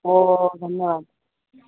हो धन्यवाद